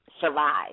survive